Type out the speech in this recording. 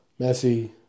Messi